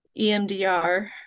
EMDR